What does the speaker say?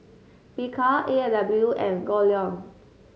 Bika A and W and Goldlion